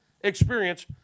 experience